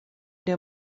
der